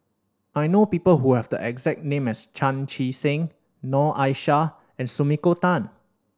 I know people who have the exact name as Chan Chee Seng Noor Aishah and Sumiko Tan